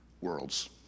world's